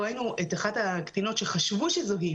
ראינו את אחת הקטינות שחשבו שזאת היא,